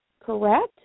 correct